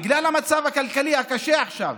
בגלל המצב הכלכלי הקשה עכשיו,